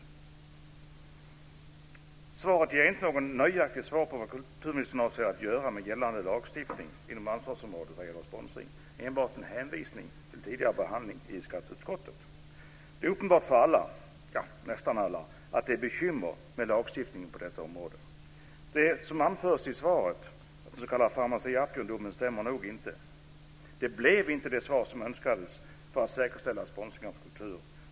I svaret finns inte något nöjaktigt svar på frågan om vad kulturministern avser att göra med gällande lagstiftning inom ansvarsområdet för sponsring. Det ges enbart en hänvisning till tidigare behandling i skatteutskottet. Det är uppenbart för alla - eller nästan alla - att det finns bekymmer med lagstiftningen på detta område. Det som anförs i svaret om den s.k. Pharmacia & Upjohn-domen stämmer nog inte. Det blev inte det svar som önskades för att säkerställa sponsring av kultur.